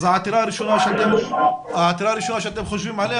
אז העתירה הראשונה שאתם חושבים עליה